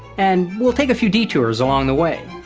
and we'll take a few detours along the way,